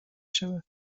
شود